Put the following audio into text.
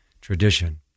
tradition